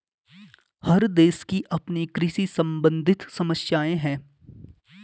हर देश की अपनी कृषि सम्बंधित समस्याएं हैं